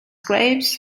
graves